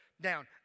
down